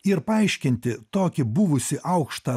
ir paaiškinti tokį buvusį aukštą